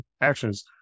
actions